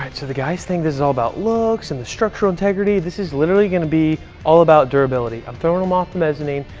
the guys think this is all about looks and the structural integrity. this is literally going to be all about durability. i'm throwing them off the mezzanine.